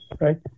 Right